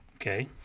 Okay